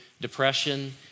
depression